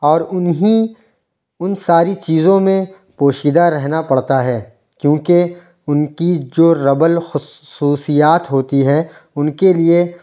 اور انہیں ان ساری چیزوں میں پوشیدہ رہنا پڑتا ہے کیونکہ ان کی جو ربل خصوصیات ہوتی ہیں ان کے لیے